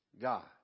God